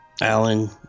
Alan